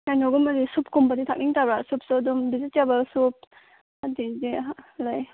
ꯀꯩꯅꯣꯒꯨꯝꯕꯗꯤ soup ꯀꯨꯝꯕꯗꯤ ꯊꯛꯅꯤꯡꯗꯕ꯭ꯔꯥ ꯁꯨꯞꯁꯨ ꯑꯗꯨꯝ ꯕꯦꯖꯤꯇꯦꯕꯜ ꯁꯨꯞ ꯑꯗꯨꯗꯩꯗꯤ ꯂꯩ